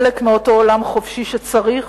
חלק מאותו עולם חופשי שצריך,